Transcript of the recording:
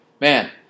Man